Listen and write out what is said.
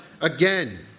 again